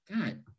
God